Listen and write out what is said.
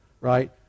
Right